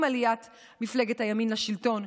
עם עליית מפלגת הימין לשלטון,